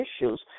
issues